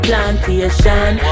Plantation